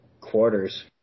quarters